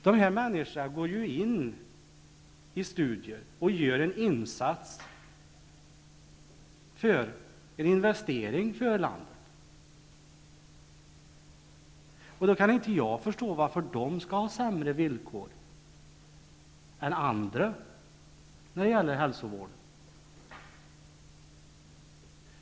De här människorna går ju in i studier och gör en insats, en investering för landet. Då kan inte jag förstå varför de skall ha sämre villkor än andra när det gäller hälsovård.